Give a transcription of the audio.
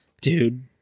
Dude